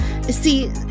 See